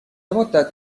مدت